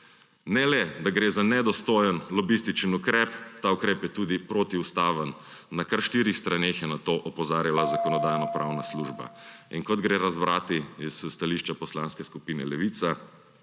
Ne le, da gre za nedostojen lobističen ukrep, ta ukrep je tudi protiustaven. Na kar štirih straneh je na to opozarjala Zakonodajno-pravna služba. Kot gre razbrati iz stališča Poslanske skupine Levica,